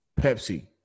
Pepsi